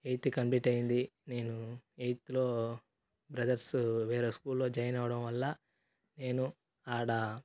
eighth complete అయ్యింది నేను ఎయిత్లో బ్రదర్సు వేరే స్కూల్లో జాయిన్ అవ్వడం వల్ల నేను ఆడ